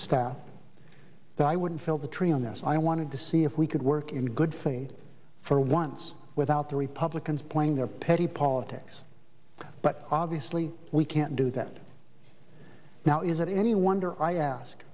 staff that i wouldn't fill the tree on this i wanted to see if we could work in good faith for once without the republicans playing their petty politics but obviously we can't do that now is it any wonder i ask